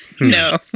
no